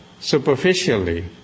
superficially